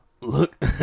Look